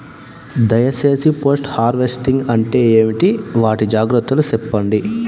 దయ సేసి post harvesting అంటే ఏంటి? వాటి జాగ్రత్తలు సెప్పండి?